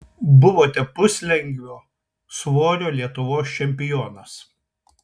buvote puslengvio svorio lietuvos čempionas